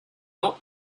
not